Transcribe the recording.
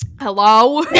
hello